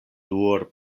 nur